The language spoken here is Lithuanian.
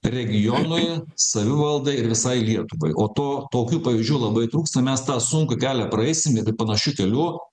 regionui savivaldai ir visai lietuvai o to tokių pavyzdžių labai trūksta mes tą sunkų kelią praeisim ir panašiu keliu